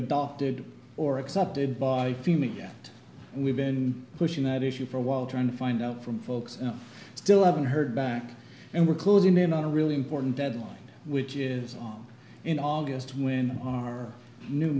adopted or accepted body yet we've been pushing that issue for a while trying to find out from folks still haven't heard back and we're closing in on a really important deadline which is on in august when our new